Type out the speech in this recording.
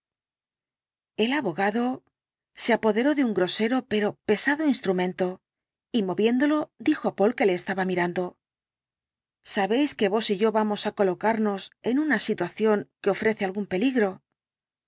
el abogado se apoderó de un grosero pero pesado instrumento y moviéndolo dijo á poole que le estaba mirando sabéis que vos y yo vamos á colocarnos en una situación que ofrece algún peligro